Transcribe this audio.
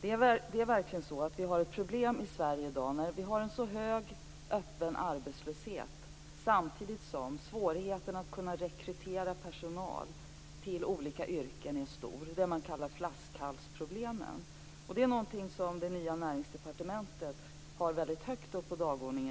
Vi har verkligen problem i Sverige i dag. Vi har en hög öppen arbetslöshet samtidigt som svårigheten att rekrytera personal till olika yrken är stor - detta kallas flaskhalsproblem. Detta är någonting som det nya Näringsdepartementet har väldigt högt uppsatt på dagordningen.